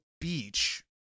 beach